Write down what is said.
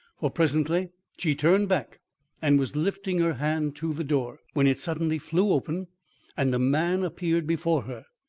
for presently she turned back and was lifting her hand to the door, when it suddenly flew open and a man appeared before her.